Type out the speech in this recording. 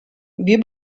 wir